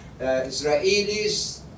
Israelis